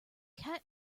cat